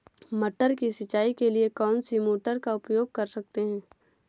मटर की सिंचाई के लिए कौन सी मोटर का उपयोग कर सकते हैं?